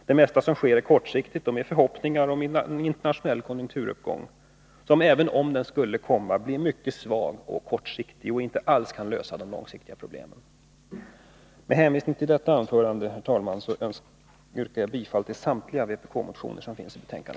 Det mesta som händer sker kortsiktigt och i förhoppning om en internationell konjunkturuppgång, som, även om den skulle komma, blir mycket svag och kortsiktig och inte alls kan lösa de långsiktiga problemen. Med hänvisning till detta anförande, herr talman, yrkar jag bifall till samtliga vpk-motioner som behandlas i detta betänkande.